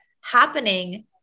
happening